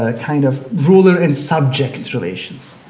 ah kind of ruler and subject relations.